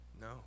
No